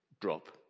drop